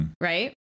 Right